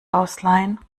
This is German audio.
ausleihen